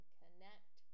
connect